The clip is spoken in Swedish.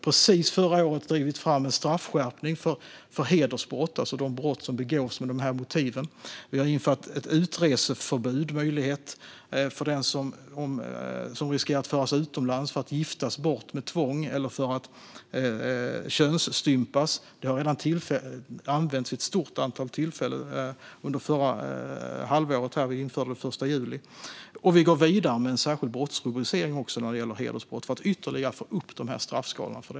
Under förra året drev vi fram en straffskärpning för hedersbrott, det vill säga de brott som begås med dessa motiv. Vi har infört ett utreseförbud för den som riskerar att föras utomlands för att giftas bort med tvång eller för att könsstympas. Det användes vid ett stort antal tillfällen under förra halvåret. Förbudet infördes den 1 juli. Vi går vidare med en särskild brottsrubricering för hedersbrott, för att ytterligare få upp straffskalan.